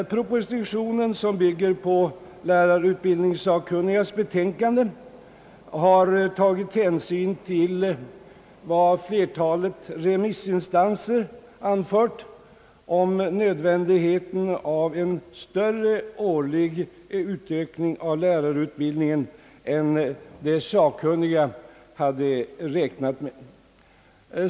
Propositionen, som bygger på lärarutbildningssakkunnigas betänkande, har tagit hänsyn till vad flertalet remissin Ang. reformerad lärarutbildning, m.m. stanser anfört om nödvändigheten av en större årlig utökning av lärarutbildningen än de sakkunniga hade räknat med.